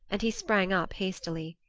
and he sprang up hastily.